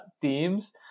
themes